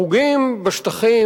הרוגים בשטחים,